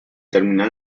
terminar